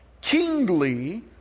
kingly